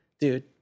dude